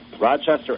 Rochester